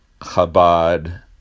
Chabad